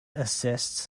assists